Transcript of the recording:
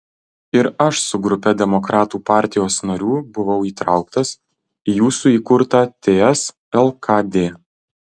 ir aš su grupe demokratų partijos narių buvau įtrauktas į jūsų įkurtą ts lkd